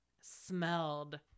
smelled